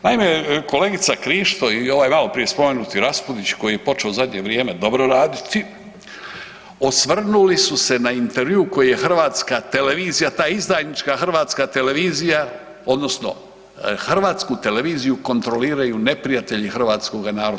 Naime, kolegica Krišto ovaj maloprije spomenuti Raspudić koji je počeo u zadnje vrijeme dobro raditi, osvrnuli su se na intervju koji je Hrvatska televizija, ta izdajnička Hrvatska televizija odnosno Hrvatsku televiziju kontroliraju neprijatelji Hrvatskoga naroda.